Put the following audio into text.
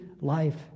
life